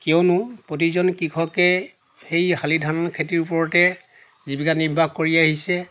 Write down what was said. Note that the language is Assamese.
কিয়নো প্ৰতিজন কৃষকে সেই শালি ধান খেতিৰ ওপৰতে জীৱিকা নিৰ্বাহ কৰি আহিছে